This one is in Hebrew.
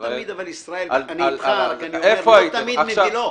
איפה הייתם?